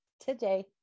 today